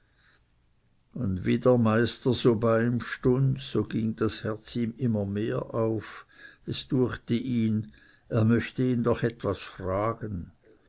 und wie der meister so bei ihm stund so ging das herz ihm immer mehr auf es düechte ihn er möchte ihn doch neuis fragen